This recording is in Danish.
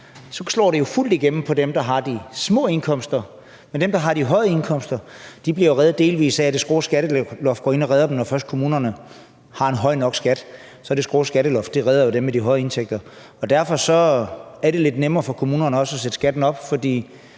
så slår det jo fuldt igennem for dem, der har de små indkomster, men dem, der har de høje indkomster, bliver reddet delvis af, at det skrå skatteloft går ind og redder dem? Når først kommunerne har en høj nok skat, så redder det skrå skatteloft jo dem med de høje indtægter, og derfor er det lidt nemmere for kommunerne også at sætte skatten op,